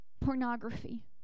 pornography